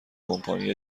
کمپانی